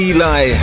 Eli